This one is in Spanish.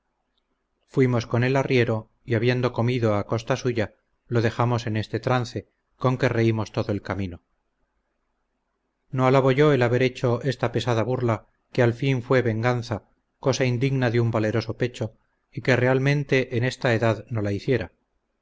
fuimonos con el arriero y habiendo comido a costa suya lo dejamos en este trance con que reímos todo el camino no alabo yo el haber hecho esta pesada burla que al fin fué venganza cosa indigna de un valeroso pecho y que realmente en esta edad no la hiciera